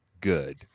good